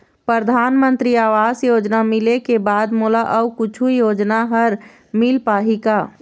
परधानमंतरी आवास योजना मिले के बाद मोला अऊ कुछू योजना हर मिल पाही का?